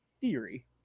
theory